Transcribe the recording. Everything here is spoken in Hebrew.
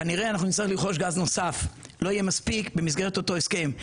כנראה שאנחנו נצטרך לרכוש גז נוסף; לא יהיה מספיק במסגרת אותו הסכם,